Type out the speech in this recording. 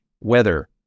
weather